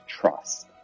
trust